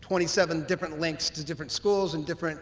twenty seven different links to different schools and different